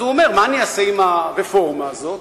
אז הוא אומר: מה אני אעשה עם הרפורמה הזאת?